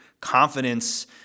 confidence